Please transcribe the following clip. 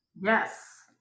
Yes